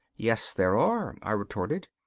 yes, there are, i retorted,